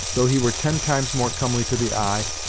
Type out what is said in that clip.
though he were ten times more comely to the eye,